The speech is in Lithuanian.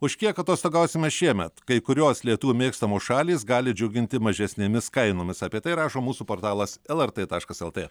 už kiek atostogausime šiemet kai kurios lietuvių mėgstamos šalys gali džiuginti mažesnėmis kainomis apie tai rašo mūsų portalas lrt taškas lt